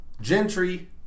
Gentry